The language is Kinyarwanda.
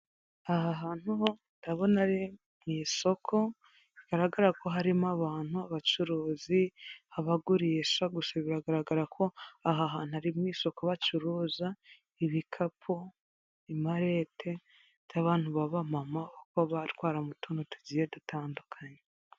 Aha hantu ho ndabona ari mu isoko, bigaragara ko harimo abantu, abacuruzi, abagurisha, gusa biragaragara ko aha hantu ari mu isoko bacuruza ibikapu, imarete z'abantu b'abamama baba batwaramo utuntu tugiye dutandukanye.